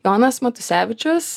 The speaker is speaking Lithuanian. jonas matusevičius